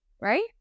right